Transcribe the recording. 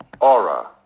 Aura